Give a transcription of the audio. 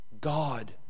God